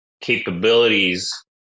capabilities